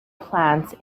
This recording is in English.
plants